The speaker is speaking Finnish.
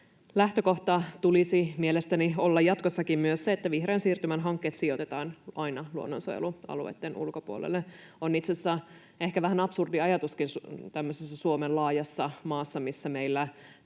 Lähtökohdan tulisi mielestäni olla jatkossakin se, että vihreän siirtymän hankkeet sijoitetaan aina luonnonsuojelualueitten ulkopuolelle. On itse asiassa ehkä vähän absurdi ajatuskin tämmöisessä laajassa maassa kuin Suomi, missä meillä